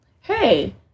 Hey